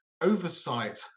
oversight